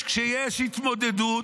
כשיש התמודדות